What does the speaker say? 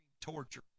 torture